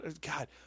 God